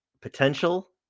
potential